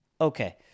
okay